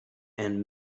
and